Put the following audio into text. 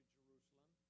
Jerusalem